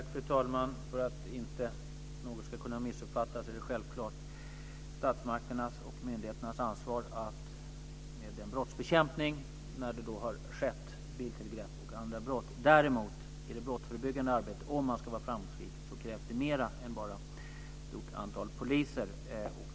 Fru talman! För att inte något ska kunna missuppfattas vill jag säga att det självklart är statsmakternas och myndigheternas ansvar med brottsbekämpningen när det har skett biltillgrepp och andra brott. Däremot krävs det i det brottsförebyggande arbetet, om man ska vara framgångsrik, mer än bara ett stort antal poliser.